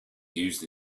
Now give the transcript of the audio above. used